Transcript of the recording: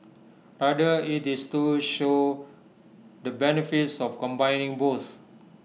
rather IT is to show the benefits of combining both